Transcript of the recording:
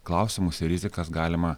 klausimus ir rizikas galima